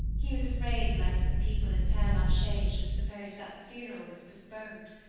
he was afraid lest the people at pere la chaise should suppose that the funeral was postponed.